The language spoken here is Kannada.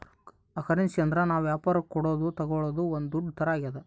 ಕರೆನ್ಸಿ ಅಂದ್ರ ನಾವ್ ವ್ಯಾಪರಕ್ ಕೊಡೋದು ತಾಗೊಳೋದು ಒಂದ್ ದುಡ್ಡು ತರ ಆಗ್ಯಾದ